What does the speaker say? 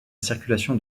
circulation